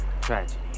tragedy